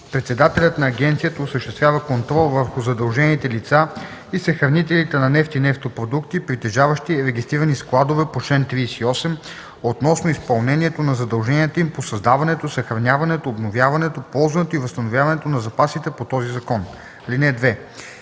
Председателят на агенцията осъществява контрол върху задължените лица и съхранителите на нефт и нефтопродукти, притежаващи регистрирани складове по чл. 38, относно изпълнението на задълженията им по създаването, съхраняването, обновяването, ползването и възстановяването на запасите по този закон. (2)